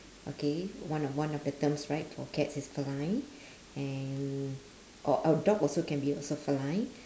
okay one of one of the terms right for cats is feline and or or dog also can be also feline